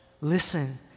Listen